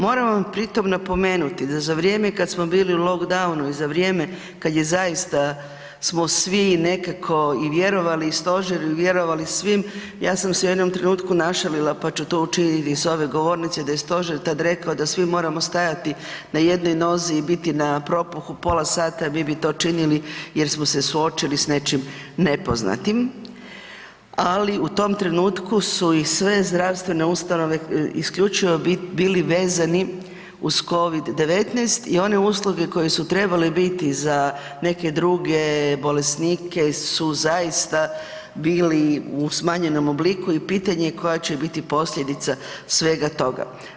Moram vam pri tom napomenuti da za vrijeme kad smo bili u lockdownu i za vrijeme kad je zaista smo svi nekako i vjerovali i stožer vjerovali svim ja sam se u jednom trenutku našalila pa ću to učiniti i s ove govornice da je stožer tad rekao da svi moramo stajati na jednoj nozi i biti na propuhu pola sata mi bi to činili jer smo se suočili s nečim nepoznatim, ali u tom trenutku su i sve zdravstvene ustanove isključivo bili vezani uz Covid-19 i one usluge koje su trebale biti za neke druge bolesnike su zaista bili u smanjenom obliku i pitanje je koja će biti posljedica svega toga.